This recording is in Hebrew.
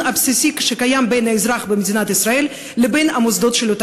הבסיסי שקיים בין האזרח במדינת ישראל לבין המוסדות שלה.